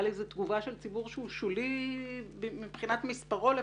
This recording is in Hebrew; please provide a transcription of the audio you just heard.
איזו תגובה של ציבור שהוא שולי מבחינת מספרו לפחות,